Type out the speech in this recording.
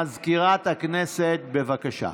מזכירת הכנסת, בבקשה.